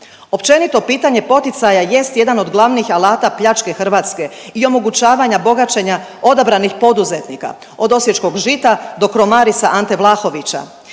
Općenito pitanje poticaja jest jedan od glavnih alata pljačke Hrvatske i omogućavanja bogaćenja odabranih poduzetnika od osječkog Žita do Cromarisa Ante Vlahovića